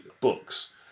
books